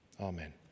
Amen